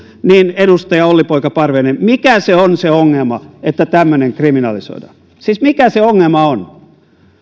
niin edustaja olli poika parviainen mikä se on se ongelma että tämmöinen kriminalisoidaan siis mikä se ongelma on